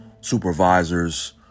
supervisors